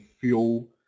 fuel